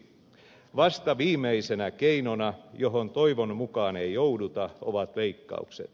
vasta viimeisenä keinona johon toivon mukaan ei jouduta ovat leikkaukset